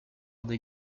des